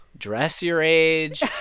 dress your age,